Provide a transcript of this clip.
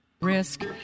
Risk